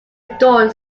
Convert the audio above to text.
dawn